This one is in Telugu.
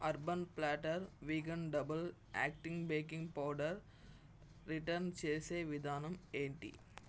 urban platter vegan double acting baking powder return చేసే విధానం ఏంటి